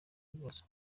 bibazo